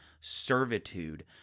servitude